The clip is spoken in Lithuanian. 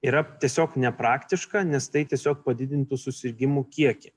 yra tiesiog nepraktiška nes tai tiesiog padidintų susirgimų kiekį